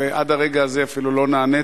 ועד הרגע הזה אפילו לא נעניתי.